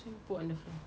this [one] put on the floor